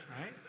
right